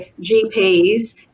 GPs